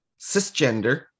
cisgender